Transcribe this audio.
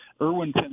Irwin